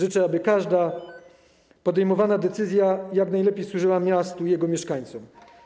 Życzę, aby każda podejmowana decyzja jak najlepiej służyła miastu i jego mieszkańcom.